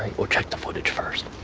we'll check the footage first